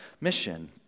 mission